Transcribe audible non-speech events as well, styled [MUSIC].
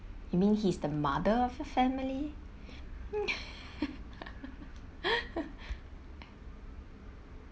you mean he is the mother of a family [LAUGHS]